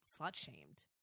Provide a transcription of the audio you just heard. slut-shamed